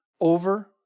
over